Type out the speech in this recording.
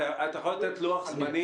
אתה יכול לתת לוח זמנים?